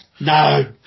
no